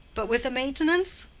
but with a maintenance?